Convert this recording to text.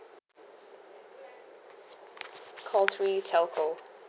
call three telco